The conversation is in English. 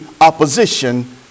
opposition